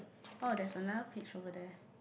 oh there is another page over there